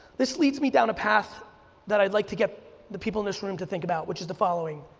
this leads me down a path that i'd like to get the people in this room to think about which is the following.